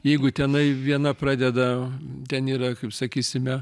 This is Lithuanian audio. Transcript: jeigu tenai viena pradeda ten yra kaip sakysime